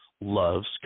loves